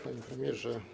Panie Premierze!